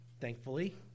thankfully